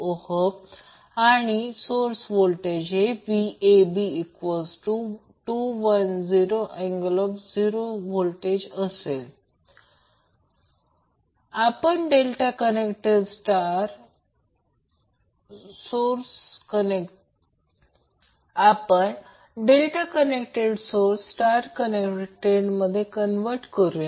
17∠32° आणि source voltage हे Vab210∠0°V आपण डेल्टा कनेक्टेड सोर्स स्टार कनेक्टेडमध्ये कन्वर्ट करूया